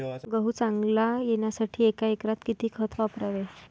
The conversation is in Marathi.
गहू चांगला येण्यासाठी एका एकरात किती खत वापरावे?